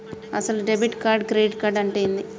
అసలు debit card credit card అంటే ఏంది?